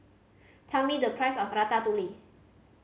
tell me the price of Ratatouille